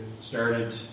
started